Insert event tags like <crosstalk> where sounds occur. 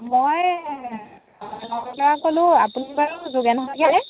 মই <unintelligible> ক'লোঁ আপুনি বাৰু যোগেন শইকীয়া নে